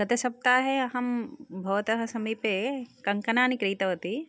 गतसप्ताहे अहं भवतः समीपे कङ्कणानि क्रीतवती